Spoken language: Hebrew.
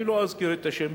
אני לא אזכיר את השם,